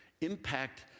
impact